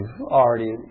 already